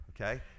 okay